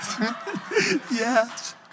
Yes